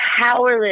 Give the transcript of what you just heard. powerless